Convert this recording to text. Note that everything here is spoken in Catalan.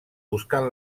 buscant